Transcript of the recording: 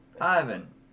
Ivan